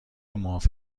معاف